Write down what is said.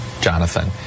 Jonathan